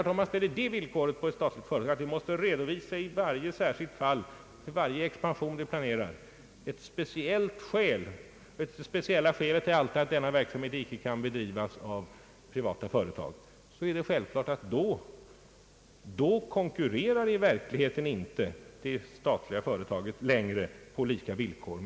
Om man ställer villkoret på ett statligt företag att det i varje särskilt fall, för varje expansion det planerar, måste redovisa ett speciellt skäl, nämligen att denna verksamhet icke kan bedrivas av privata företag, är det självklart att det statliga företaget då inte längre konkurrerar med de privata företagen på lika villkor.